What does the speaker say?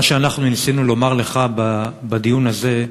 מה שאנחנו ניסינו לומר לך בדיון הזה,